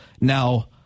Now